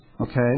okay